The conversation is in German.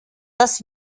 dass